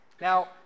Now